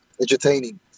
entertaining